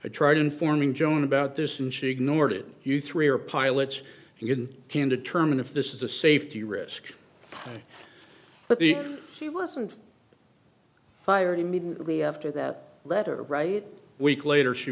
i tried informing joan about this and she ignored it you three are pilots and can can determine if this is a safety risk but the she wasn't fired immediately after that letter right week later she